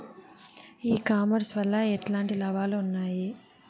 ఈ కామర్స్ వల్ల ఎట్లాంటి లాభాలు ఉన్నాయి?